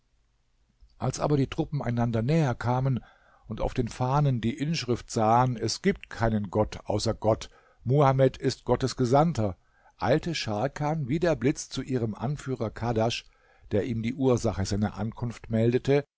als aber die truppen einander näherkamen und auf den fahnen die inschrift sahen es gibt keinen gott außer gott muhamed ist gottes gesandter eilte scharkan wie der blitz zu ihrem anführer kadasch der ihm die ursache seiner ankunft meldete